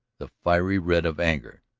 the fiery red of anger.